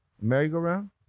merry-go-round